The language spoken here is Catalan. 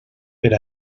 per